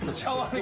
tell us